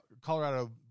Colorado